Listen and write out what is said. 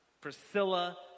Priscilla